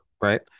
Right